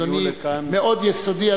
אדוני מאוד יסודי,